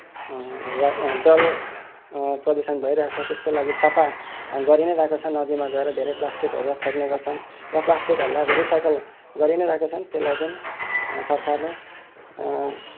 वायु जल प्रदूषण भइरहेको छ त्यसको लागि सफा गरिनै रहेको छ नदीमा गएर धेरै प्लास्टिकहरू फ्याँक्ने गर्छन् र प्लास्टिकहरूलाई अब रिसाइकल गरिनै रहेको छन् त्यसलाई पनि सरकारले